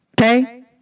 Okay